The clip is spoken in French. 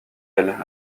elle